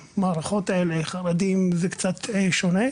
המערכות האלה, אצל חרדים זה קצת שונה.